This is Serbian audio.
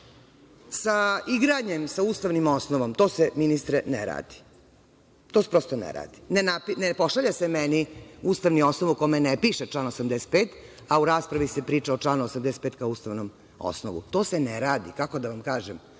sa igranjem sa ustavnim osnovom, to se, ministre, ne radi. To se, prosto, ne radi. Ne pošalje se meni ustavni osnov u kome ne piše član 85, a u raspravi se priča o članu 85. kao ustavnom osnovu. To se ne radi, kako da vam kažem.